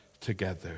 together